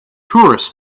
tourists